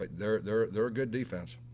but they're they're they're a good defense.